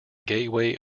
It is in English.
gateway